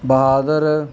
Bahadur